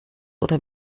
oder